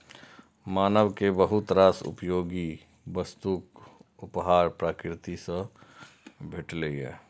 मानव कें बहुत रास उपयोगी वस्तुक उपहार प्रकृति सं भेटलैए